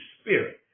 Spirit